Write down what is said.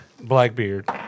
Blackbeard